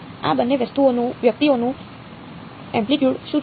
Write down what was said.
આ બંને વ્યક્તિઓનું એમ્પલિટયૂડ શું છે